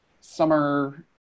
summer